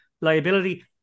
liability